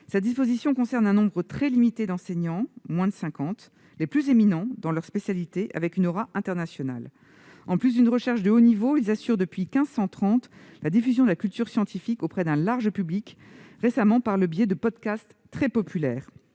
disposition concerne un nombre très limité d'enseignants- moins de 50 -, les plus éminents dans leur spécialité, dont l'aura est internationale. En plus d'une recherche de haut niveau, ces derniers assurent, depuis 1530, la diffusion de la culture scientifique auprès d'un large public, récemment par le biais de podcasts très populaires.